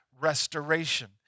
restoration